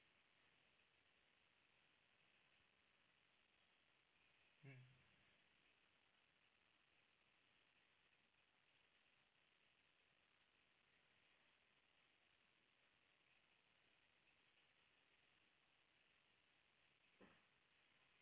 mm